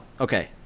Okay